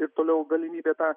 ir toliau galimybė tą